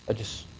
ah just.